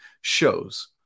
shows